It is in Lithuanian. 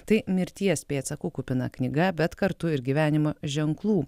tai mirties pėdsakų kupina knyga bet kartu ir gyvenimo ženklų